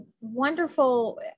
wonderful